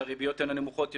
שהריביות יהיו נמוכות יותר,